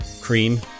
cream